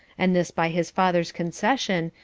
and this by his father's concession,